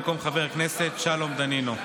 במקום חה"כ שלום דנינו.